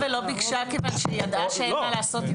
לא הלכה ולא ביקשה כיוון שהיא ידעה שאין מה לעשות עם זה.